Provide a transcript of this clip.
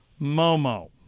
Momo